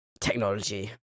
technology